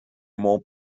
mont